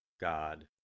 God